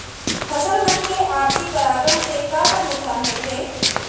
फसल मन के आपसी परागण से का का नुकसान होथे?